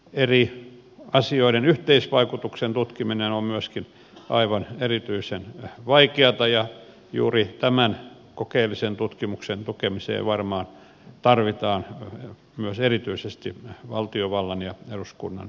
eri asioiden yhteisvaikutuksen tutkiminen on myöskin aivan erityisen vaikeata ja juuri tämän kokeellisen tutkimuksen tukemiseen varmaan tarvitaan myös erityisesti valtiovallan ja eduskunnan rahoitusta